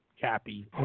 Cappy